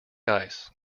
ice